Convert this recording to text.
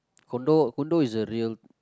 condo condo is a real